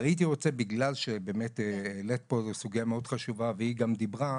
אבל הייתי רוצה שבגלל שבאמת העלית פה סוגייה מאוד חשובה והיא גם דיברה,